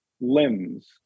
limbs